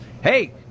Hey